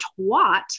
twat